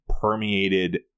permeated